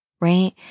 right